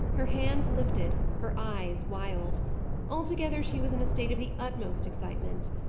her hands lifted, her eyes wild altogether she was in a state of the utmost excitement.